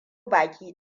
baki